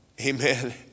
Amen